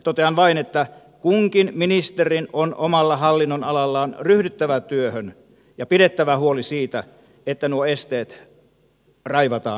totean vain että kunkin ministerin on omalla hallinnonalallaan ryhdyttävä työhön ja pidettävä huoli siitä että nuo esteet raivataan pois